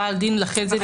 בעל הדין --- התובעת.